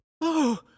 Oh